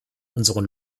unseren